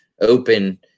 open